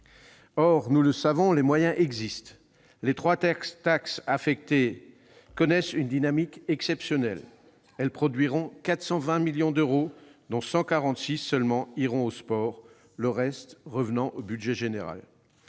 Or, nous le savons, les moyens existent. Les trois taxes affectées connaissent une dynamique exceptionnelle. Elles permettront de récolter 420 millions d'euros, dont 146 millions d'euros seulement iront au sport, le reste revenant au budget général.